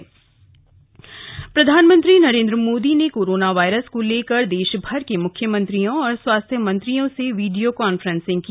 PM video conferencing प्रधानमंत्री नरेंद्र मोदी ने corona virus को लेकर देशभर के मुख्यमंत्रियों और स्वास्थ्य मंत्रियों से वीडियो कांफ्रेंसिंग की